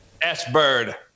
S-bird